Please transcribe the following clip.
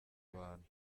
abantu